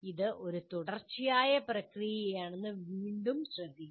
ഇത് ഒരു തുടർച്ചയായ പ്രക്രിയയാണെന്ന് വീണ്ടും ശ്രദ്ധിക്കുക